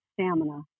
stamina